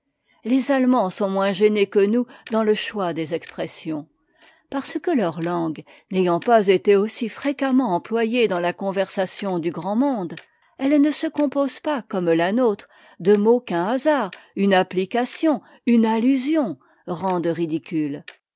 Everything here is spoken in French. les allemands sont moins gênés que nous dans le choix des expressions parce que leur langue n'ayant pas été aussi fréquemment employée dans la conversation du grand monde elle ne se compose pas comme la nôtre de mots qu'un hasard une application une allusion rendent ridicules